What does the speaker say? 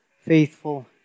faithful